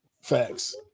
Facts